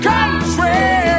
Country